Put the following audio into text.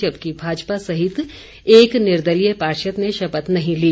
जबकि भाजपा सहित एक निर्दलीय पार्षद ने शपथ नहीं ली